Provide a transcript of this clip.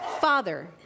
Father